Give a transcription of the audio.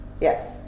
Yes